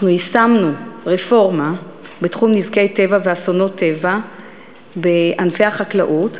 יישמנו רפורמה בתחום נזקי טבע ואסונות טבע בענפי החקלאות.